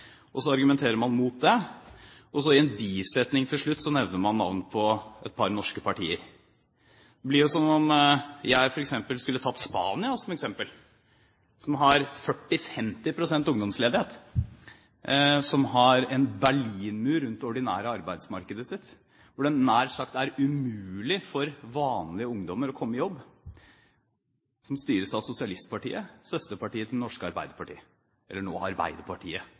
eksempel, så argumenterer man mot det, og i en bisetning til slutt nevner man navn på et par norske partier. Det blir jo som om jeg f.eks. skulle tatt Spania som eksempel, som har 40–50 pst. ungdomsledighet, som har en berlinmur rundt det ordinære arbeidsmarkedet sitt, hvor det nær sagt er umulig for vanlige ungdommer å komme i jobb, og som styres av sosialistpartiet – søsterpartiet til Det norske Arbeiderparti, eller